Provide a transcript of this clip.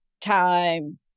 time